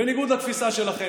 בניגוד לתפיסה שלכם.